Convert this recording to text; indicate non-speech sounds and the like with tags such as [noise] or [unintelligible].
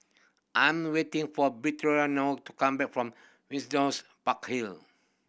I'm waiting for [unintelligible] to come back from [unintelligible] Park Hill